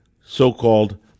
so-called